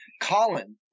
Colin